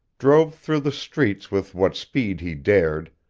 drove through the streets with what speed he dared,